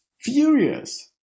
furious